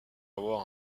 avoir